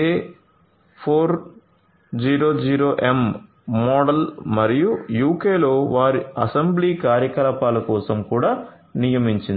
A400M model మరియు UK లో వారి అసెంబ్లీ కార్యకలాపాల కోసం కూడా నియమించింది